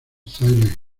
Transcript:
silent